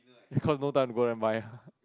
because no time go down and buy